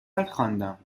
خواندم